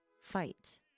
fight